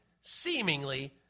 seemingly